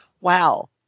Wow